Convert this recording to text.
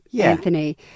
Anthony